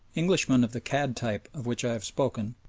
englishmen of the cad type of which i have spoken,